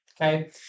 Okay